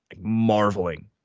Marveling